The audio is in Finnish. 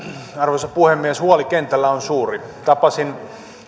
arvoisa puhemies huoli kentällä on suuri tapasin